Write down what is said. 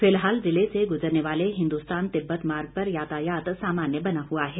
फिलहाल जिले से गुजरने वाले हिंदुस्तान तिब्बत मार्ग पर यातायात सामान्य बना हुआ है